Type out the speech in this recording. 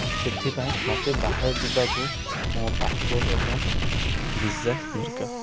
ସେଥିପାଇଁ ମୋତେ ବାହାରେ ଯିବାକୁ ମୋ ପାସ୍ପୋର୍ଟ୍ ଏବଂ ଭିସା ଦରକାର